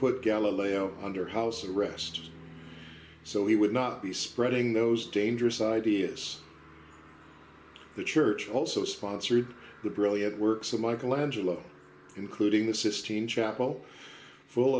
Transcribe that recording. galileo under house arrest so he would not be spreading those dangerous ideas the church also sponsored the brilliant works of michelangelo including the sistine chapel full